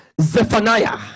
Zephaniah